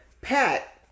Pat